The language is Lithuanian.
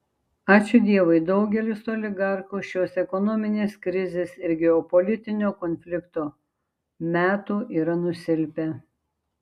ačiū dievui daugelis oligarchų šios ekonominės krizės ir geopolitinio konflikto metų yra nusilpę